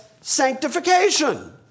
sanctification